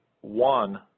one